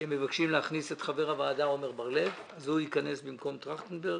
שהם מבקשים להכניס את חבר הוועדה עמר בר-לב שייכנס במקום טרכטנברג.